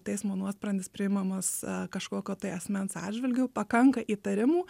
teismo nuosprendis priimamas kažkokio tai asmens atžvilgiu pakanka įtarimų